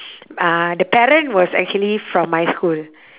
uh the parent was actually from my school